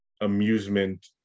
amusement